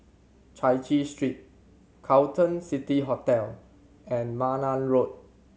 Chai Chee Street Carlton City Hotel and Malan Road